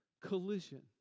collision